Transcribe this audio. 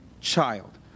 child